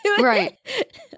Right